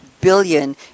billion